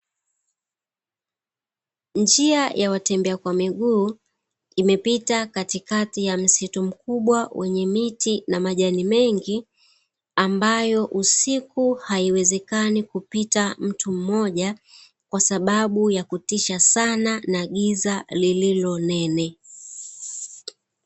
Njia ya watembea kwa miguu imepita katikati ya msitu mkubwa wenye miti na majani mengi, ambayo usiku haiwezekani kupita mtu mmoja, sababu ya kutisha sana na giza lililo nene.